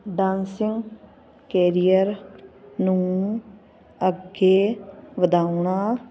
dancing career ਨੂੰ ਅੱਗੇ ਵਧਾਉਣਾ